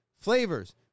Flavors